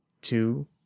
Two